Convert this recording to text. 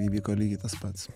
įvyko lygiai tas pats